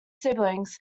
siblings